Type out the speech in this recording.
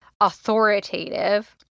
authoritative